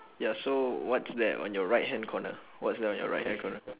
ya so what's that on your right hand corner what's that on your right hand corner